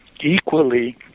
equally